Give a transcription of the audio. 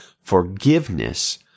forgiveness